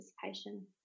participation